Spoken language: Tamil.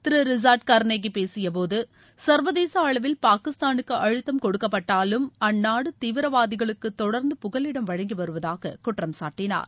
திரு ரிசாடு கர்ணோகி பேசிய போது சர்வதேச அளவில் பாகிஸ்தானுக்கு அழுத்தம் கொடுக்கப்பட்டாலும் அந்நாடு தீவிரவாதிகளுக்கு தொடர்ந்து புகலிடம் வழங்கி வருவதாக குற்றம் சாட்டினார்